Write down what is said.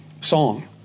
song